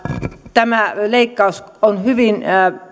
tämä leikkaus on hyvin